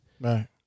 Right